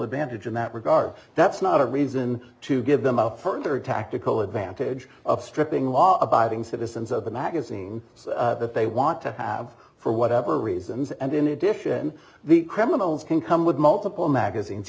advantage in that regard that's not a reason to give them a further tactical advantage of stripping law abiding citizens of the magazine so that they want to have for whatever reasons and in addition the criminals can come with multiple magazines